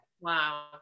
Wow